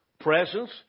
presence